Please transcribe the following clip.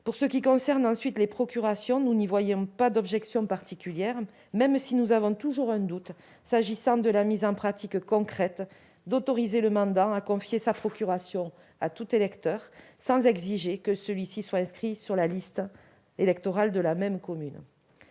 des dispositions relatives aux procurations, nous n'y voyons pas d'objection particulière, même si nous avons toujours un doute sur la mise en pratique concrète de la mesure visant à autoriser le mandant à confier sa procuration à tout électeur, sans exiger que celui-ci soit inscrit sur la liste électorale de la même commune.